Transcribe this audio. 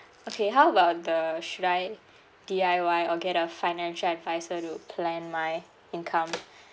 okay how about the should I D_I_Y or get a financial adviser to plan my income